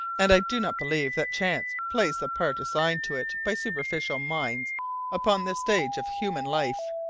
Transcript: and i do not believe that chance plays the part assigned to it by superficial minds upon the stage of human life.